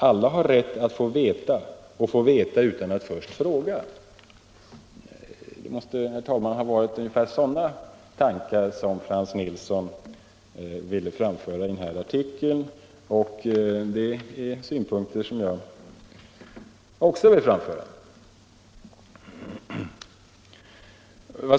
Alla har rätt att få veta — och få veta utan att först fråga.” Det måste, herr talman, ha varit just sådana tankar som Frans Nilsson ville föra fram i denna artikel, och det är synpunkter som jag också vill framföra.